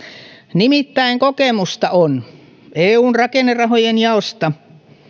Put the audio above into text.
nimittäin kokemusta on eun rakennerahojen jaosta